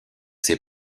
ses